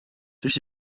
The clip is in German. durch